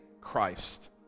Christ